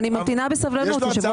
אבל אני ממתינה בסבלנות.